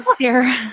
Sarah